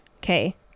Okay